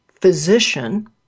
physician